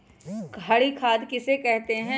हरी खाद किसे कहते हैं?